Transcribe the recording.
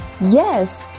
Yes